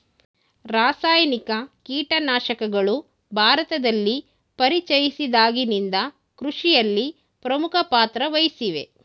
ರಾಸಾಯನಿಕ ಕೀಟನಾಶಕಗಳು ಭಾರತದಲ್ಲಿ ಪರಿಚಯಿಸಿದಾಗಿನಿಂದ ಕೃಷಿಯಲ್ಲಿ ಪ್ರಮುಖ ಪಾತ್ರ ವಹಿಸಿವೆ